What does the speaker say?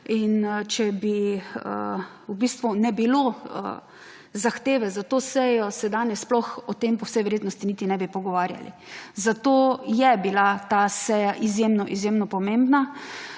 In če bi v bistvu ne bilo zahteve za to sejo, se danes sploh o tem po vsej verjetnosti niti nebi pogovarjali. Zato je bila ta seja izjemno, izjemno pomembna,